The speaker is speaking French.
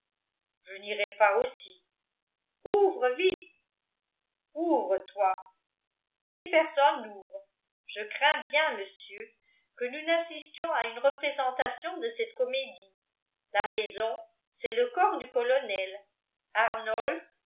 je n'irai pas aussi ouvre vite ouvre toi et personne n'ouvre je crains bien monsieur que nous n'assistions à une représentation de cette comédie la maison c'est le corps du colonel arnolphe